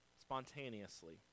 spontaneously